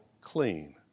clean